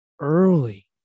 early